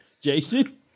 Jason